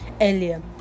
earlier